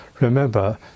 remember